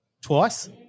twice